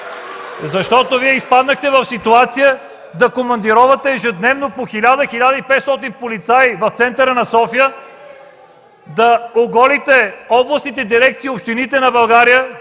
Защото Вие изпаднахте в ситуация да командировате ежедневно по 1000-1500 полицаи в центъра на София, да оголите областните дирекции, общините на България